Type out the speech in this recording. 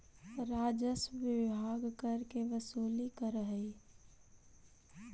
राजस्व विभाग कर के वसूली करऽ हई